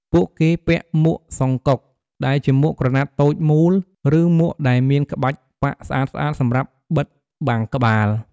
ពួកគេពាក់ មួកសុងកុក (songkok) ដែលជាមួកក្រណាត់តូចមូល ឬមួកដែលមានក្បាច់ប៉ាក់ស្អាតៗសម្រាប់បិទបាំងក្បាល។